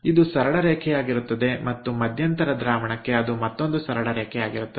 ಇದು ಸರಳ ರೇಖೆಯಾಗಿರುತ್ತದೆ ಮತ್ತು ಮಧ್ಯಂತರ ದ್ರಾವಣಕ್ಕೆ ಅದು ಮತ್ತೊಂದು ಸರಳ ರೇಖೆಯಾಗಿರುತ್ತದೆ